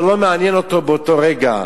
זה לא מעניין אותו באותו רגע,